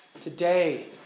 Today